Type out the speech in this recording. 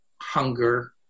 hunger